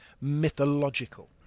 mythological